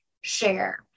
share